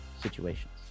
situations